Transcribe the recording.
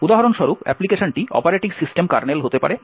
উদাহরণস্বরূপ অ্যাপ্লিকেশনটি operating system kernel হতে পারে